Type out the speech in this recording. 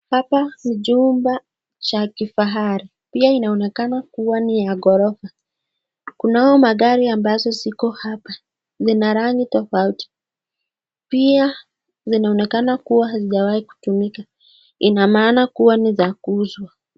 Hapa ni chumba cha kifahari pia inaonekana kuwa ni ya ghorofa kunazo magari ambazo ziko hapa ziko na rangi tofauti pia zinaonekana kuwa hazijawahi kutumika ina maana kuwa ni za kuuzwa.